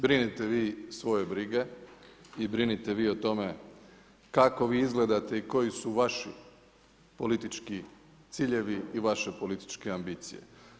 Brinite vi svoje brige i brinite vi o tome kako vi izgledate i koji su vaši politički ciljevi i vaše političke ambicije.